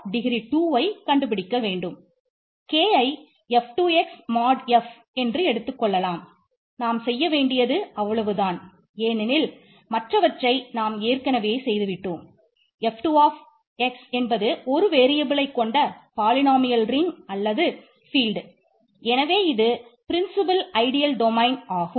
degree ஆகும்